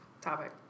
topic